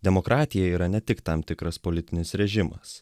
demokratija yra ne tik tam tikras politinis režimas